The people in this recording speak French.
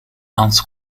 hans